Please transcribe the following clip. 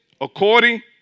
According